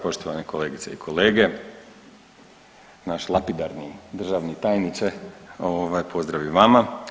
Poštovane kolegice i kolege, naš lapidarni državni tajniče ovaj pozdrav i vama.